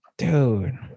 dude